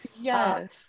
Yes